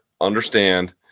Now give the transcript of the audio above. understand